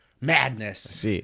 Madness